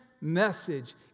message